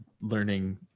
learning